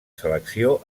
selecció